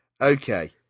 Okay